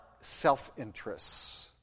self-interests